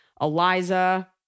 Eliza